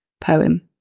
poem